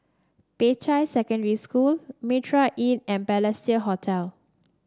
Peicai Secondary School Mitraa Inn and Balestier Hotel